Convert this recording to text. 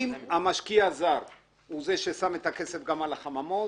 אם המשקיע הזר הוא ששם את הכסף גם על החממות,